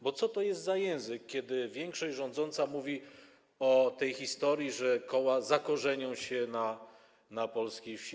Bo co to jest za język, kiedy większość rządząca mówi o tej historii, że koła zakorzenią się na polskiej wsi?